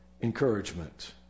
encouragement